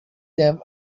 them